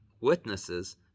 witnesses